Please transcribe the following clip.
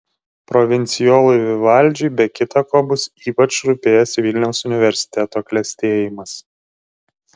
provincijolui vivaldžiui be kita ko bus ypač rūpėjęs vilniaus universiteto klestėjimas